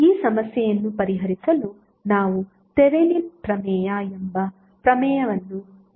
ಆದ್ದರಿಂದ ಆ ಸಮಸ್ಯೆಯನ್ನು ಪರಿಹರಿಸಲು ನಾವು ಥೆವೆನಿನ್ ಪ್ರಮೇಯ ಎಂಬ ಪ್ರಮೇಯವನ್ನು ಬಳಸುತ್ತೇವೆ